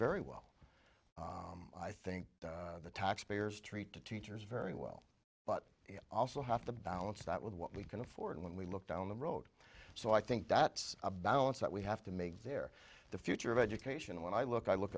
very well i think the taxpayers treat the teachers very well but you also have to balance that with what we can afford when we look down the road so i think that's a balance that we have to make there the future of education when i look i look